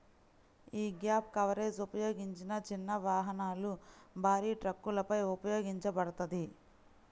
యీ gap coverage ఉపయోగించిన చిన్న వాహనాలు, భారీ ట్రక్కులపై ఉపయోగించబడతది